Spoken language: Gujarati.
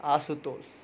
આશુતોષ